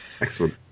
Excellent